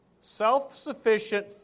self-sufficient